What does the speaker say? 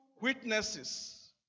witnesses